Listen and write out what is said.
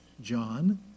John